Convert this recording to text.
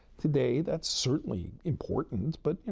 today, that's certainly important. but you